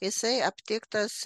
jisai aptiktas